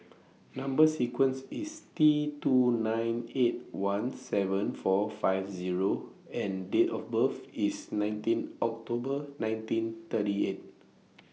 Number sequence IS T two nine eight one seven four five Zero and Date of birth IS nineteen October nineteen thirty eight